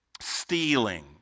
stealing